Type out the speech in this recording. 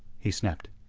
he snapped.